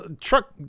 truck